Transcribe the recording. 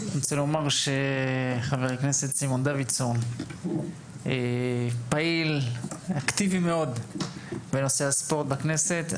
חבר הכנסת סימון דוידסון פעיל בנושא הספורט בכנסת.